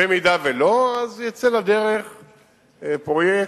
אם לא, אז יצא לדרך פרויקט,